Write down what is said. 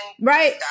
right